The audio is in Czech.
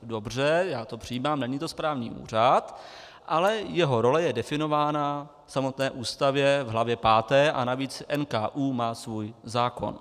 Dobře, já to přijímám, není to správní úřad, ale jeho role je definována v samotné Ústavě v hlavně páté a navíc NKÚ má svůj zákon.